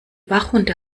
wachhunde